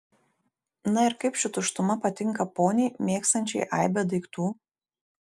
na ir kaip ši tuštuma patinka poniai mėgstančiai aibę daiktų